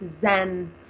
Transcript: zen